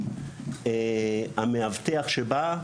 המאבטח שבא,